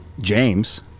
James